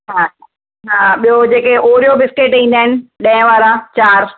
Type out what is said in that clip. हा हा ॿियो जेके ओरियो बिस्केट ईंदा आहिनि ॾहें वारा चारि